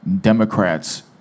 Democrats